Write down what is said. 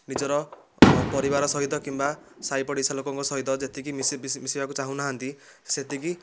ନିଜର ପରିବାର ସହିତ କିମ୍ବା ସାହି ପଡ଼ିଶା ଲୋକଙ୍କ ସହିତ ଯେତିକି ମିଶିବାକୁ ଚାହୁଁ ନାହାନ୍ତି ସେତିକି